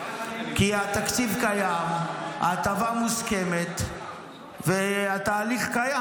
התקציב קיים, ההטבה מוסכמת והתהליך קיים.